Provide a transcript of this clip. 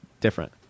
different